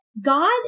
God